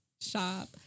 shop